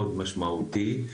מאוד משמעותי,